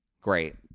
Great